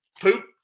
poop